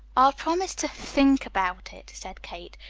i'll promise to think about it, said kate,